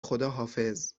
خداحافظ